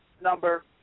number